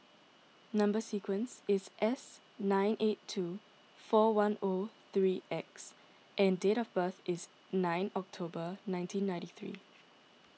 Number Sequence is S nine eight two four one O three X and date of birth is nine October nineteen ninety three